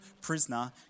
prisoner